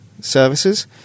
services